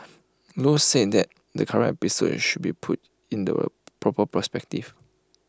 low said that the current episode should be put in the proper perspective